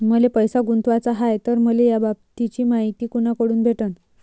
मले पैसा गुंतवाचा हाय तर मले याबाबतीची मायती कुनाकडून भेटन?